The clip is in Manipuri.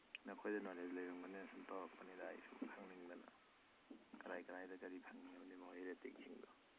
ꯅꯈꯣꯏꯗ ꯅꯣꯂꯦꯖ ꯂꯩꯔꯝꯒꯅꯦꯅ ꯁꯨꯝ ꯇꯧꯔꯛꯄꯅꯤꯗ ꯑꯩ ꯁꯨꯝ ꯈꯪꯅꯤꯡꯗꯅ ꯀꯗꯥꯏ ꯀꯗꯥꯏꯗ ꯀꯔꯤ ꯐꯪꯉꯤ ꯑꯃꯗꯤ ꯃꯣꯏꯒꯤ ꯔꯦꯇꯤꯡꯁꯤꯡꯗꯣ